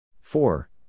four